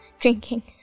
Drinking